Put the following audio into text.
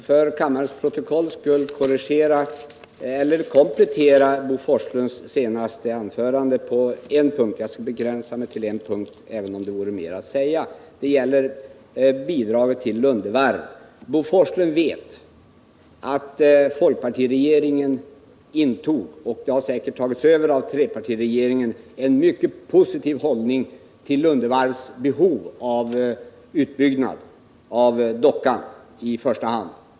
Herr talman! Här måste jag för kammarens protokoll komplettera Bo Forslunds senaste anförande på en punkt — jag skall begränsa mig till en punkt, även om det vore mera att säga. Det gäller bidraget till Lunde Varv. Bo Forslund vet att folkpartiregeringen intog en mycket positiv hållning — som säkert har övertagits av trepartiregeringen — till Lunde Varvs behov av utbyggnad av i första hand dockan.